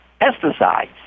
pesticides